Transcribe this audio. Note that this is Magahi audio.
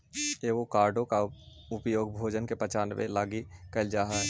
एवोकाडो के उपयोग भोजन के पचाबे लागी कयल जा हई